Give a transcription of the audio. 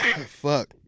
Fuck